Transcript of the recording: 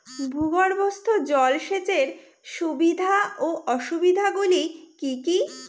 ভূগর্ভস্থ জল সেচের সুবিধা ও অসুবিধা গুলি কি কি?